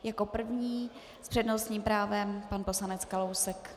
Jako první s přednostním právem pan poslanec Kalousek.